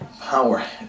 power